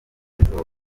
izuba